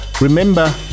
remember